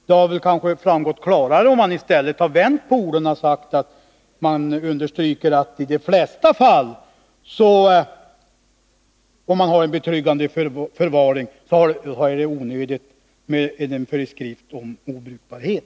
Det hade kanske varit lämpligare att man i betänkandet hade vänt på orden och understrukit att det, då en betryggande förvaring är ordnad, i de allra flesta fall är onödigt med en föreskrift om obrukbarhet.